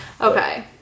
Okay